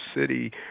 City